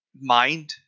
mind